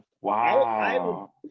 Wow